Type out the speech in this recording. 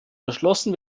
beschlossen